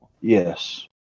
Yes